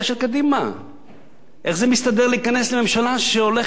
אך זה מסתדר להיכנס לממשלה שהולכת אנטי האידיאולוגיה של קדימה?